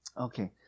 Okay